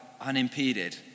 unimpeded